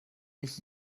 mich